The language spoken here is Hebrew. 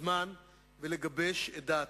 לזמן ולגבש את דעתה,